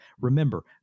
Remember